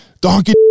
donkey